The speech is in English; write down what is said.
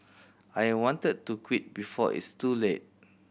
I wanted to quit before it's too late